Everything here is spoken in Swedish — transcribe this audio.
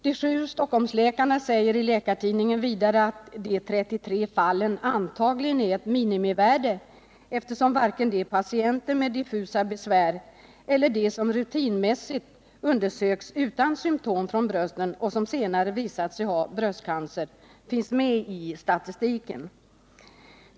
De sju stockholmsläkarna säger i Läkartidningen vidare att de 33 fallen antagligen är ett minimivärde, eftersom varken de patienter med diffusa besvär eller de som rutinmässigt undersöks utan symtom från brösten och som tidigare visat sig ha bröstcancer finns med i statistiken.